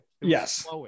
yes